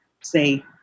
say